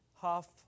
half